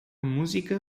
música